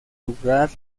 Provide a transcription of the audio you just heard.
lugar